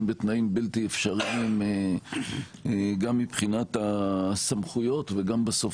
בתנאים בלתי אפשריים גם מבחינת הסמכויות וגם בסוף